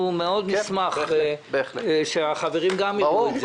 נשמח מאוד שהחברים גם יראו את זה,